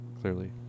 clearly